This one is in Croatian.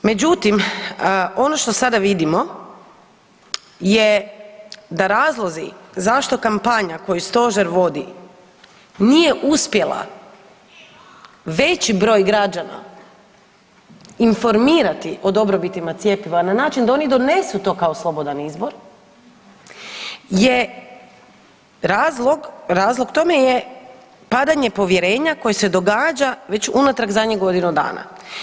Međutim, ono što sada vidimo je da razlozi zašto kampanja koju stožer vodi nije uspjela veći broj građana informirati o dobrobitima cjepiva na način da oni donesu to kao slobodan izbor je razlog, razlog tome je padanje povjerenja koje se događa već unatrag zadnjih godinu dana.